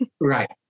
Right